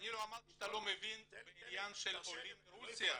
אני לא אמרתי שאתה לא מבין בעניין של עולים מרוסיה.